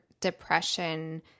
depression